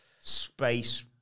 Space